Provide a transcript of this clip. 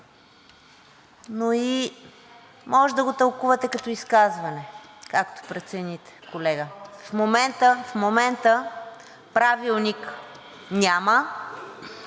Може да го тълкувате като изказване, както прецените, колега. В момента правилник няма,